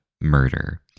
murder